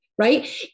Right